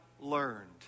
learned